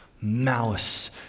malice